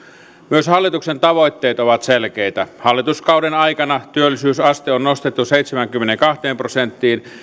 myös hallituksen tavoitteet ovat selkeitä hallituskauden aikana työllisyysaste on nostettu seitsemäänkymmeneenkahteen prosenttiin